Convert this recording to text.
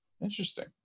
Interesting